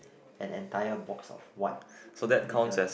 an entire box of white little